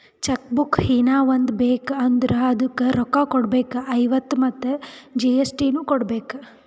check book ಹೀನಾ ಒಂದ್ ಬೇಕ್ ಅಂದುರ್ ಅದುಕ್ಕ ರೋಕ್ಕ ಕೊಡ್ಬೇಕ್ ಐವತ್ತ ಮತ್ ಜಿ.ಎಸ್.ಟಿ ನು ಕೊಡ್ಬೇಕ್